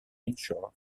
inshore